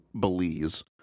Belize